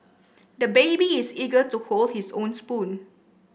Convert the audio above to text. the baby is eager to hold his own spoon